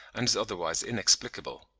and is otherwise inexplicable.